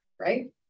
right